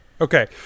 Okay